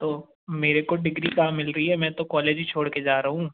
तो मेरे को डिग्री कहाँ मिल रही है मैं तो कॉलेज ही छोड़ कर जा रहा हूँ